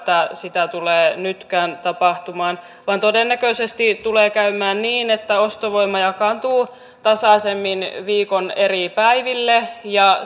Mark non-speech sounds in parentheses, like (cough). sitä tulee nytkään tapahtumaan vaan todennäköisesti tulee käymään niin että ostovoima jakaantuu tasaisemmin viikon eri päiville ja (unintelligible)